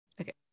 okay